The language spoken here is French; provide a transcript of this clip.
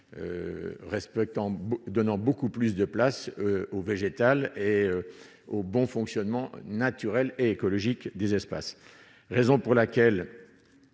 donnant beaucoup plus de place au végétal et au bon fonctionnement naturel et écologique des espaces, raison pour laquelle